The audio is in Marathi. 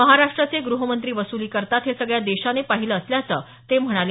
महाराष्ट्राचे ग्रहमंत्री वसुली करतात हे सगळ्या देशाने पाहिलं असल्याचं ते म्हणाले